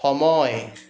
সময়